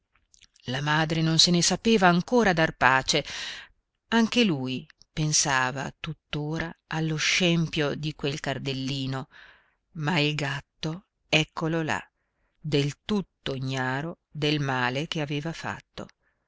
la madre non se ne sapeva ancora dar pace anche lui pensava tuttora allo scempio di quel cardellino ma il gatto eccolo là del tutto ignaro del male che aveva fatto